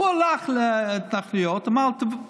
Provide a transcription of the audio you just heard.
הוא הלך להתנחלויות ואמר: תבקשו,